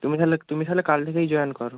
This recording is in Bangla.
তুমি তাহলে তুমি তাহলে কাল থেকেই জয়েন করো